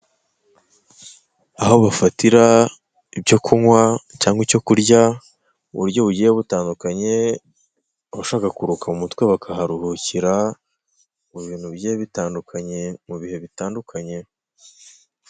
Aho bafatira ibyo kunywa cyangwa icyo kurya mu buryo bugiye butandukanye. Abashaka kuruhuka mu mutwe bakaharuhukira, mu bintu bigiye bitandukanye, mu bihe bitandukanye.